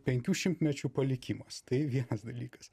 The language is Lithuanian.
penkių šimtmečių palikimas tai vienas dalykas